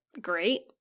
great